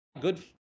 good